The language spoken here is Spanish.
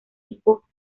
tipo